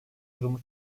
durumu